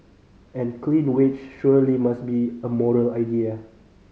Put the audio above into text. and clean wage surely must be a moral idea